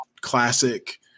classic